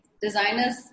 designers